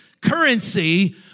currency